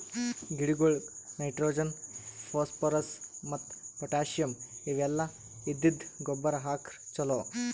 ಗಿಡಗೊಳಿಗ್ nitrogen, phosphorus ಮತ್ತ್ potassium ಇವೆಲ್ಲ ಇದ್ದಿದ್ದ್ ಗೊಬ್ಬರ್ ಹಾಕ್ರ್ ಛಲೋ